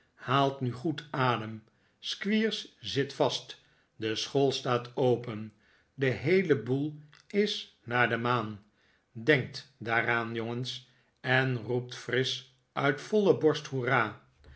haalt nu goed adem squeers zit vast de school staat open de heele boel is naar de maan denkt daaraan jongens en roept frisch uit voile borst hoera